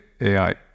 AI